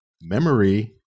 memory